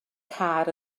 car